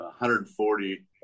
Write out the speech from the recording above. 140